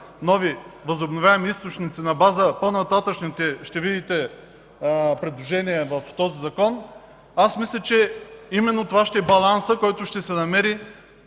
нови възобновяеми източници на база по-нататъшните предложения – ще видите в този закон, аз мисля, че именно това ще е балансът, който ще се намери,